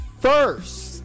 first